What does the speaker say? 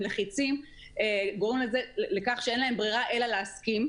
הם לחיצים ואין להם ברירה אלא להסכים.